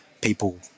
people